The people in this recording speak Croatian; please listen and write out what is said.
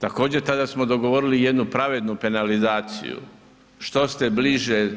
Također tada smo dogovorili jednu pravednu penalizaciju, što ste bliže